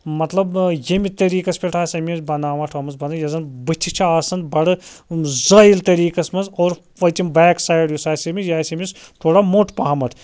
مَطلَب ییٚمہِ طریٖقَس پٮ۪ٹھ آسہِ أمِس بناوَٹھ آمٕژ یۅس زن بُتھِ چھِ آسان بَڈٕ زٲیِل طریٖقَس مَنٛز اور پٔتِم بیک سایڈ یُس آسہِ أمِس یہِ آسہِ أمِس تھوڑا موٚٹ پَہمَتھ